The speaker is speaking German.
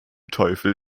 teufel